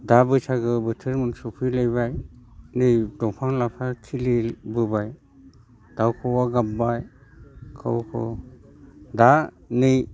दा बैसागो बोथोर सफैलायबाय नै दंफां लाइफां खिलिबोबाय दाउ खौवौआ गाब्बाय खौवौ खौवौ दा नै